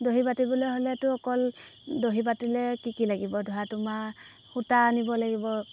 দহি বাতিবলৈ হ'লেতো অকল দহি বাতিলে কি কি লাগিব ধৰা তোমাৰ সূতা আনিব লাগিব